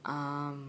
um